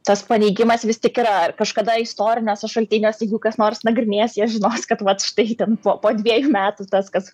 tas paneigimas vis tik yra kažkada istoriniuose šaltiniuose jeigu kas nors nagrinės jie žinos kad vat štai ten po po dviejų metų tas kas